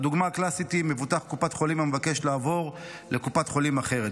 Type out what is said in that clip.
הדוגמה הקלאסית היא מבוטח קופת חולים המבקש לעבור לקופת חולים אחרת.